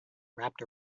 wrapped